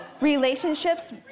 Relationships